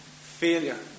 failure